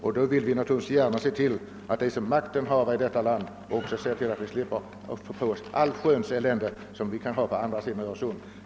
Och då vill vi naturligtvis att de som makten hava i detta land ser till att vi slipper få på oss allsköns elände från andra si dan Öresund.